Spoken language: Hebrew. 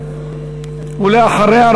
ואחריה,